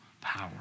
power